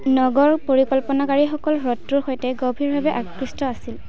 নগৰ পৰিকল্পনাকাৰীসকল হ্ৰদটোৰ সৈতে গভীৰভাৱে আকৃষ্ট আছিল